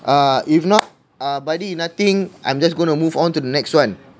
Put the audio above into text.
uh if not uh buddy nothing I'm just gonna move on to the next one